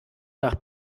nach